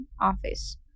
office